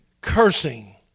cursing